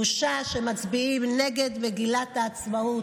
בושה שמצביעים נגד מגילת העצמאות,